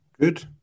Good